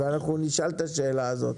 אנחנו נשאל את השאלה הזאת.